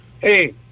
Hey